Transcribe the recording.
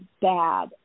bad